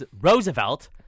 Roosevelt